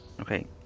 Okay